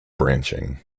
branching